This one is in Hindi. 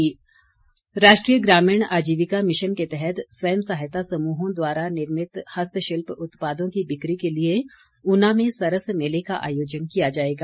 सरस मेला राष्ट्रीय ग्रामीण आजीविका मिशन के तहत स्वयं सहायता समूह द्वारा निर्मित हस्तशिल्प उत्पादों की बिक्री के लिए ऊना में सरस मेले का आयोजन किया जाएगा